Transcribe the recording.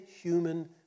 human